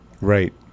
Right